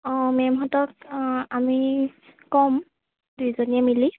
মেমহঁতক আমি ক'ম দুয়োজনীয়ে মিলি